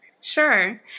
Sure